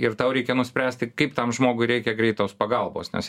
ir tau reikia nuspręsti kaip tam žmogui reikia greitos pagalbos nes